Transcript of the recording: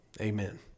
Amen